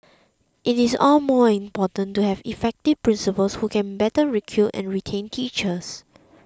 it is all more important to have effective principals who can better recruit and retain teachers